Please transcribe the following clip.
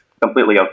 completely